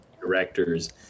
directors